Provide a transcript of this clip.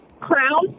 Crown